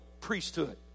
priesthood